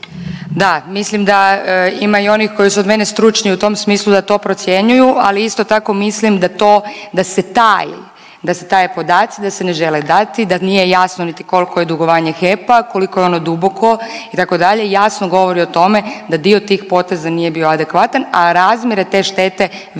Da, mislim da ima i onih koji su od mene stručni u tom smislu da to procjenjuju, ali isto tako mislim da to, da se ti podaci ne žele dati, da nije jasno niti koliko je dugovanje HEP-a, koliko je ono duboko itd. jasno govori o tome da dio tih poteza nije bio adekvatan, a razmjere te štete vjerujem